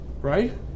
Right